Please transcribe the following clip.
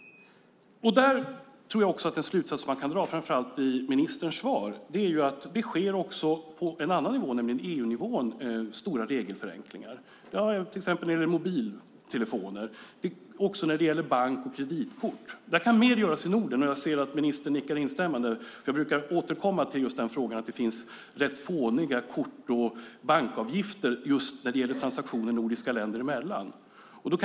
Den slutsats som man framför allt kan dra av ministerns svar är att det också på en annan nivå, nämligen EU-nivån, sker stora regelförändringar. Det gäller till exempel mobiltelefoner och också när det gäller bank och kreditkort. Där kan mer göras i Norden. Jag ser att ministern nickar instämmande. Jag brukar återkomma till frågan att det finns rätt fåniga kort och bankavgifter för transaktioner nordiska länder emellan.